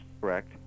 Correct